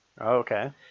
Okay